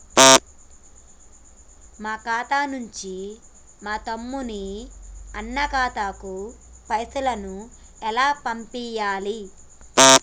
మా ఖాతా నుంచి మా తమ్ముని, అన్న ఖాతాకు పైసలను ఎలా పంపియ్యాలి?